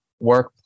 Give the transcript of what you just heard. work